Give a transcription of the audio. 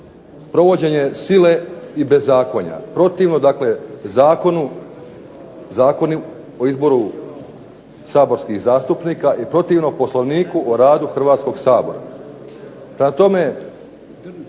provođenje sile i bezakonja, protivno dakle Zakonu o izboru saborskih zastupnika i protivno Poslovniku o radu Hrvatskoga sabora. Prema tome,